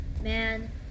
man